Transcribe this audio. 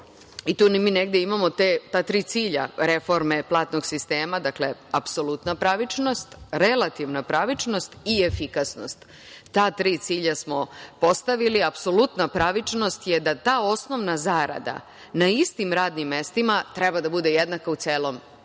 i tu mi negde i imamo ta tri cilja reforme platnog sistema, dakle apsolutna pravičnost, relativna pravičnost i efikasnost. Ta tri cilja smo postavili. Apsolutna pravičnost je da ta osnovna zarada na istim radnim mestima treba da bude jednaka u celom